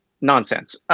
nonsense